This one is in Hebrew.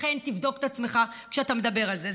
לכן, תבדוק את עצמך כשאתה מדבר על זה.